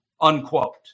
unquote